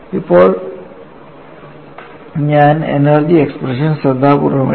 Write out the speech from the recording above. ഇപ്പോൾ ഞാൻ energy expression ശ്രദ്ധാപൂർവ്വം എഴുതണം